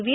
V